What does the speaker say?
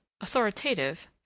authoritative